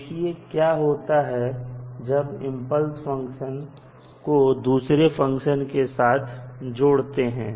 देखिए कि क्या होता है जब आप इंपल्स फंक्शन को दूसरे फंक्शन के साथ जोड़ते हैं